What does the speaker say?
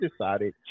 decided